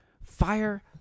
fire